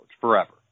forever